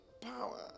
power